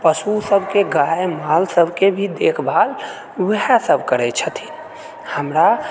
पशुसभकेंँ हमर गायमाल सभकेँ भी देखभाल ओएह सभ करए छथिन हमरा